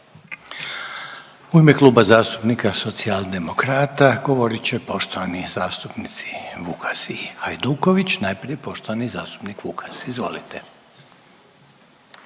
U ime Kluba zastupnika Socijaldemokrata govorit će poštovani zastupnici Vukas i Hajduković. Najprije poštovani zastupnik Vukas, izvolite.